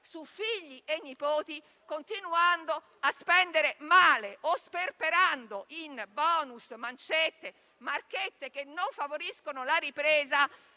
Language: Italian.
su figli e nipoti, continuando a spendere male o sperperando in *bonus,* mancette e marchette che non favoriscono la ripresa